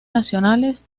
nacionales